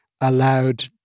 allowed